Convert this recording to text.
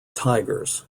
tigers